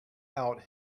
out